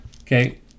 Okay